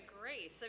grace